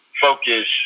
focus